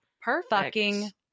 perfect